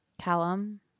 Callum